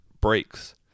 breaks